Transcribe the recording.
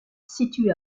située